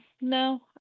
No